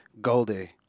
Goldie